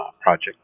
project